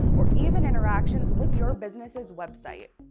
or even interaction with your business's website.